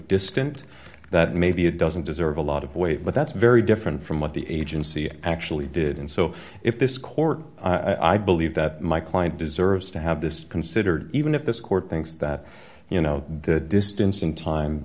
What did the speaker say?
distant that maybe it doesn't deserve a lot of weight but that's very different from what the agency actually did and so if this court i believe that my client deserves to have this considered even if this court thinks that you know the distance in time